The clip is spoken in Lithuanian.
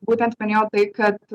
būtent minėjo tai kad